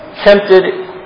tempted